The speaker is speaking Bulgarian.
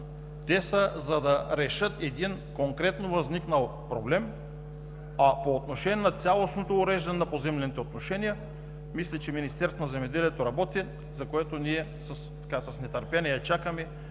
те са, за да решат един конкретно възникнал проблем, а по отношение на цялостното уреждане на поземлените отношения, мисля, че Министерството на земеделието работи, за което ние с нетърпение чакаме